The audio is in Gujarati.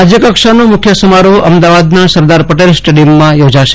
રાજય કક્ષાનો મુખ્ય સમારોફ અમદાવાદના સરદાર પટેલ સ્ટેડિયમમાં યોજાશે